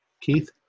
Keith